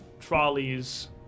trolleys